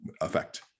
effect